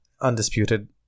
undisputed